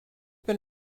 been